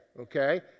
okay